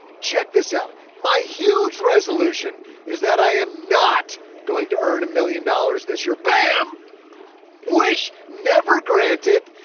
check this out. my huge resolution is that i am not going to earn a million dollars this year. bam wish never granted.